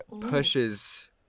pushes